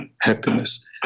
happiness